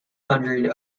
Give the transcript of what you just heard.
hundred